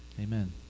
amen